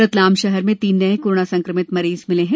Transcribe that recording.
रतलाम शहर में तीन नए कोरोना संक्रमित मरीज मिले हैं